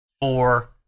four